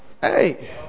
Hey